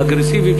האגרסיביים,